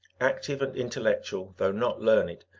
active and intellectual, though not learned,